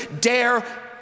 dare